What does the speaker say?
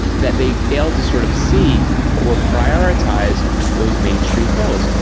that they failed to sort of see or prioritise those main street goals.